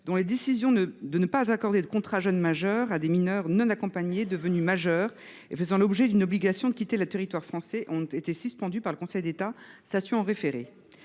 dont les décisions de ne pas accorder de contrat jeune majeur à des mineurs non accompagnés devenus majeurs et faisant l’objet d’une obligation de quitter le territoire français ont été suspendues par le Conseil d’État statuant en référé.